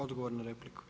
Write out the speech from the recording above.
Odgovor na repliku.